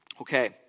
Okay